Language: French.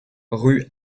rue